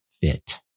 fit